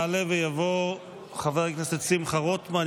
יעלה ויבוא חבר הכנסת שמחה רוטמן,